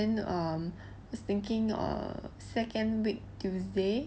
then um was thinking err second week tuesday